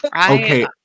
Okay